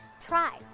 try